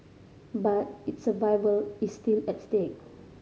but its survival is still at stake